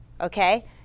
Okay